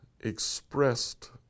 expressed